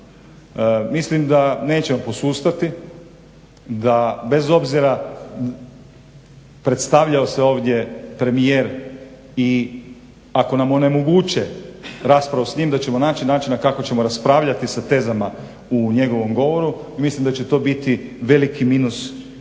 Mislim da nećemo posustati, da bez obzira predstavljao se ovdje premijer i ako nam onemoguće raspravu s njim da ćemo naći načina kako ćemo raspravljati sa tezama u njegovom govoru. I mislim da će to biti veliki minus poziciji,